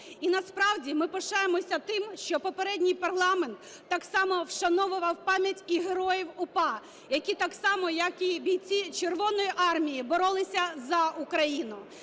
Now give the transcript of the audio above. І насправді ми пишаємося тим, що попередній парламент так само вшановував пам'ять і героїв УПА, які так само, як і бійці Червоної Армії, боролися за Україну.